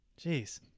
Jeez